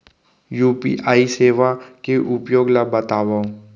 UPI सेवा के उपयोग ल बतावव?